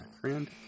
friend